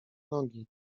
nogi